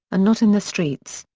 not in the streets.